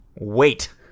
Wait